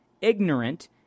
ignorant